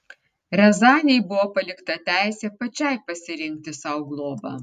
riazanei buvo palikta teisė pačiai pasirinkti sau globą